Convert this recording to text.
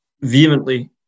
vehemently